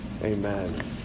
Amen